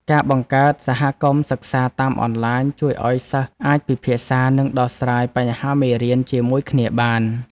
ការបង្កើតសហគមន៍សិក្សាតាមអនឡាញ ជួយឱ្យសិស្សអាចពិភាក្សានិងដោះស្រាយបញ្ហាមេរៀនជាមួយគ្នាបាន។